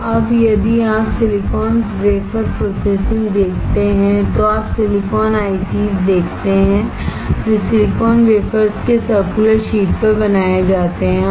तो अब यदि आप सिलिकॉन वेफर प्रोसेसिंग देखते हैं तो आप सिलिकॉन ICs देखते हैं वे सिलिकॉन वेफर्स के सर्कुलर शीट पर बनाए जाते हैं